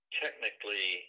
technically